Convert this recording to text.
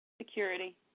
Security